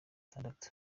atandatu